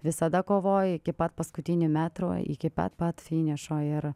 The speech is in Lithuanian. visada kovoju iki pat paskutinio metro iki pat pat finišo ir